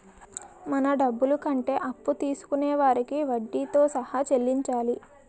మన డబ్బులు కంటే అప్పు తీసుకొనే వారికి వడ్డీతో సహా చెల్లించాలి